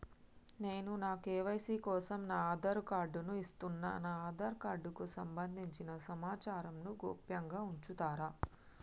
నేను నా కే.వై.సీ కోసం నా ఆధార్ కార్డు ను ఇస్తున్నా నా ఆధార్ కార్డుకు సంబంధించిన సమాచారంను గోప్యంగా ఉంచుతరా?